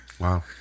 Wow